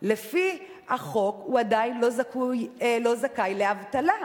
לפי החוק הוא עדיין לא זכאי לדמי אבטלה.